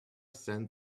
send